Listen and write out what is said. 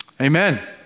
Amen